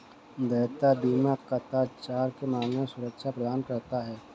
देयता बीमा कदाचार के मामले में सुरक्षा प्रदान करता है